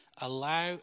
allow